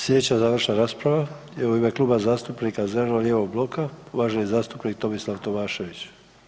Slijedeća završna rasprava je u ime Kluba zastupnika zeleno-lijevog bloka, uvaženi zastupnik Tomislav Tomašević.